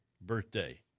birthday